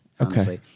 Okay